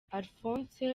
alphonse